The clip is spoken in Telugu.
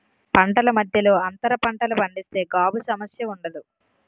పంటల మధ్యలో అంతర పంటలు పండిస్తే గాబు సమస్య ఉండదు